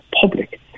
public